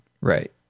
Right